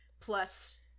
plus